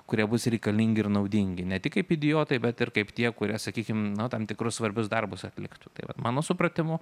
kurie bus reikalingi ir naudingi ne tik kaip idiotai bet ir kaip tie kurie sakykim nu tam tikrus svarbius darbus atliktų tai vat mano supratimu